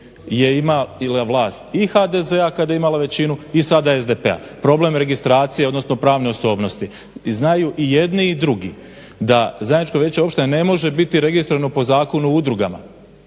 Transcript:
je imao vlast i HDZ kada je imala većinu i sada SDP-a, problem registracije odnosno pravne osobnosti i znaju jedni i drugi da zajedničko vijeće opštine ne može biti registrirano po Zakonu o udrugama